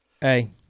Hey